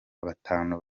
batanu